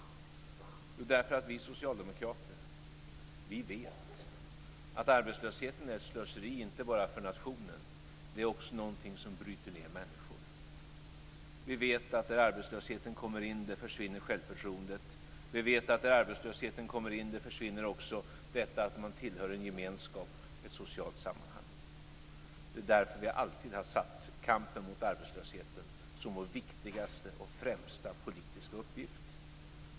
Varför? Jo, därför att vi socialdemokrater vet att arbetslösheten är ett slöseri, och inte bara för nationen. Det är också någonting som bryter ned människor. Vi vet att där arbetslösheten kommer in försvinner självförtroendet. Vi vet att där arbetslösheten kommer in försvinner känslan av att tillhöra en gemenskap, ett socialt sammanhang. Därför har vi alltid haft kampen mot arbetslösheten som vår viktigaste och främsta politiska uppgift.